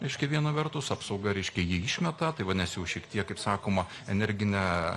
reiškia viena vertus apsauga reiškia jį išmeta tai vadinas jau šiek tiek kaip sakoma energine